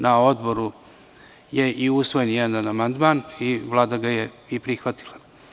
Na Odboru je i usvojen jedan amandman i Vlada ga je prihvatila.